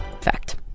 Fact